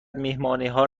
مهمانیها